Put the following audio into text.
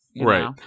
Right